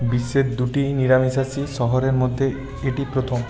বিশ্বের দুটি নিরামিষাশী শহরের মধ্যে এটি প্রথম